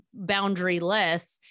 boundaryless